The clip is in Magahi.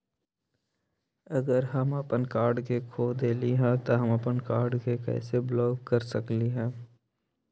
अगर हम अपन कार्ड खो देली ह त हम अपन कार्ड के कैसे ब्लॉक कर सकली ह?